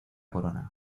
corona